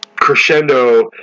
crescendo